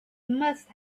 must